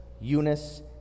Eunice